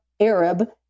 Arab